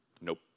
Nope